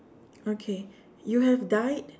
okay you have died